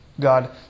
God